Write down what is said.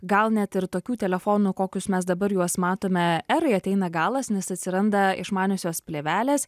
gal net ir tokių telefonų kokius mes dabar juos matome erai ateina galas nes atsiranda išmaniosios plėvelės